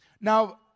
Now